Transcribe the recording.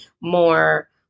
more